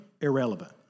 irrelevant